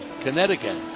Connecticut